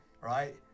right